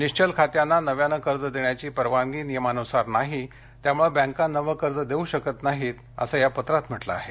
निश्चल खात्यांना नव्याने कर्ज देण्याची परवानगी नियमांनुसार नाही त्यामुळे बँका नवे कर्ज देऊ शकत नाहीत असं या पत्रात म्हटलं आहे